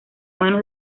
manos